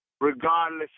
regardless